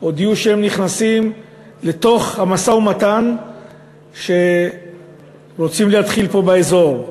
הודיעו שהם נכנסים לתוך המשא-ומתן שרוצים להתחיל פה באזור.